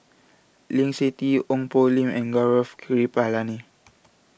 Lee Seng Tee Ong Poh Lim and Gaurav Kripalani